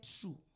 true